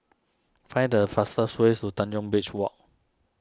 find the fastest ways to Tanjong Beach Walk